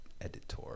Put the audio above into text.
editor